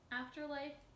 afterlife